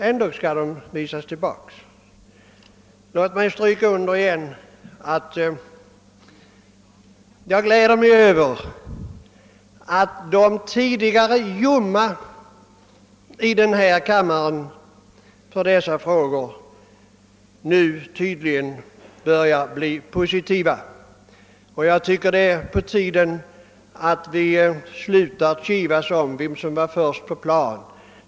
Ändå skall de visas tillbaka. Låt mig än en gång stryka under att jag gläder mig över att de ledamöter av denna kammare som tidigare varit ljumma för dessa frågor nu tydligen börjar få ett positivt intresse. Det är på tiden att vi slutar kivas om vem som var först på plan.